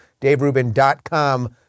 DaveRubin.com